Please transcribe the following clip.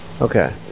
Okay